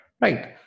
right